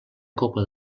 copa